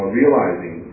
realizing